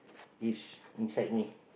is inside me